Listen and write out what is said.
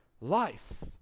life